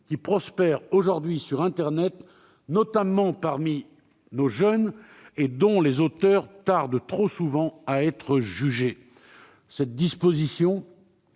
qui prospèrent aujourd'hui sur internet, notamment parmi nos jeunes, et dont les auteurs tardent trop souvent à être jugés. Cette disposition,